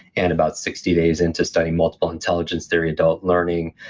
and about sixty days into studying multiple intelligence theory, adult learning,